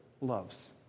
loves